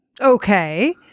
Okay